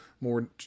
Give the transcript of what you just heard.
more